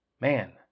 Man